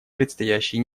предстоящие